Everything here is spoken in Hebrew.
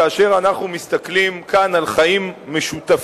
כאשר אנחנו מסתכלים כאן על חיים משותפים